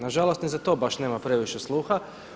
Nažalost ni za to baš nema previše sluha.